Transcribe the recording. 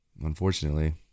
Unfortunately